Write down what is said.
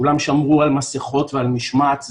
כולם שמרו על מסכות ועל משמעת.